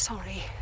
Sorry